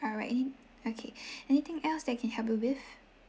alright okay anything else that I can help you with